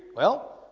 well,